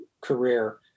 career